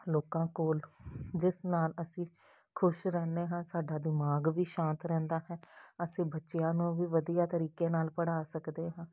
ਲੋਕਾਂ ਕੋਲ ਜਿਸ ਨਾਲ ਅਸੀਂ ਖੁਸ਼ ਰਹਿੰਦੇ ਹਾਂ ਸਾਡਾ ਦਿਮਾਗ ਵੀ ਸ਼ਾਂਤ ਰਹਿੰਦਾ ਹੈ ਅਸੀਂ ਬੱਚਿਆਂ ਨੂੰ ਵੀ ਵਧੀਆ ਤਰੀਕੇ ਨਾਲ ਪੜ੍ਹਾ ਸਕਦੇ ਹਾਂ